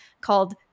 called